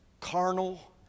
carnal